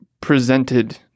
presented